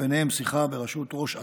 ובהם שיחה בראשות ראש אט"ל,